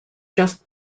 just